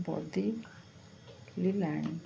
ବଢ଼ି ଲିଲାଣି